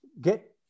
get